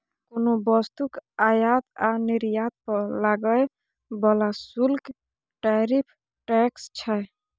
कोनो वस्तुक आयात आ निर्यात पर लागय बला शुल्क टैरिफ टैक्स छै